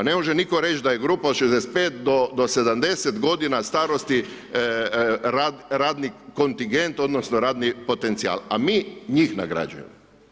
Ne može nitko reći da je grupa od 65 do 70 godina starosti radni kontingent odnosno radni potencijal, a mi njih nagrađujemo.